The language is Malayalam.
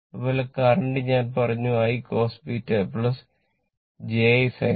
അതുപോലെ കറന്റ് ഞാൻ പറഞ്ഞു I cos β j I sin β